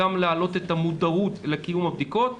גם להעלות את המודעות לקיום הבדיקות.